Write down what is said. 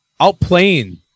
Outplaying